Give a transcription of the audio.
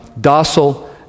docile